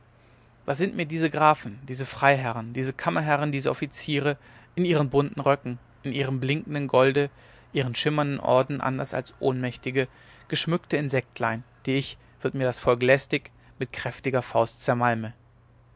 was sind mir diese grafen diese freiherren diese kammerherren diese offiziere in ihren bunten röcken in ihrem blinkenden golde ihren schimmernden orden anders als ohnmächtige geschmückte insektlein die ich wird mir das volk lästig mit kräftiger faust zermalme